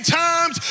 times